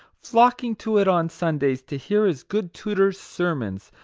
flocking to it on sundays to hear his good tutor's sermons,